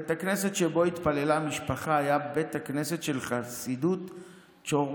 בית הכנסת שבו התפללה המשפחה היה בית הכנסת של חסידות צ'ורטקוב,